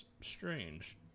Strange